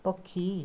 ପକ୍ଷୀ